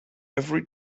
every